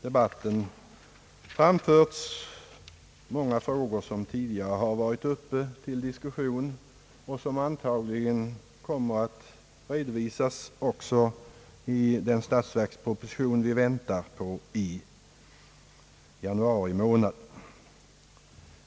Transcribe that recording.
Debatten har berört många frågor som tidigare varit uppe till diskussion och som antagligen kommer att redovisas även i den statsverksproposition vi har att motse i januari månad.